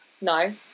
no